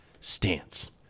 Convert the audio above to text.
Stance